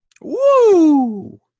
Woo